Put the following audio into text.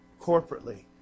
corporately